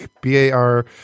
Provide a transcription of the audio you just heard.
b-a-r